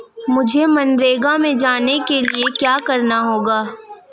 मुझे मनरेगा में जाने के लिए क्या करना होगा?